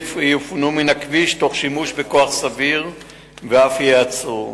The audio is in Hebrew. יפונו מן הכביש תוך שימוש בכוח סביר ואף ייעצרו.